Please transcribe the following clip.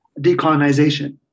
decolonization